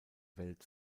welt